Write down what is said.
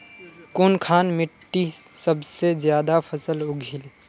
कुनखान मिट्टी सबसे ज्यादा फसल उगहिल?